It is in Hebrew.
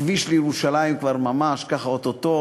הכביש לירושלים כבר ממש או-טו-טו,